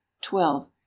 twelve